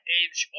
edge